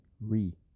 re